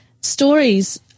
stories